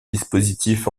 dispositifs